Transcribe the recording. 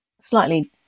slightly